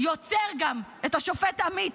יוצר את השופט עמית,